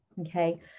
okay